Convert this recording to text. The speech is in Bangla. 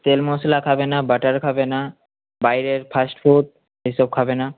তেল মশলা খাবে না বাটার খাবে না বাইরের ফাস্ট ফুড এসব খাবে না